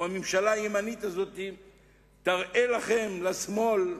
הממשלה הימנית הזאת תראה לכם, לשמאל.